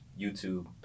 YouTube